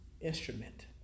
instrument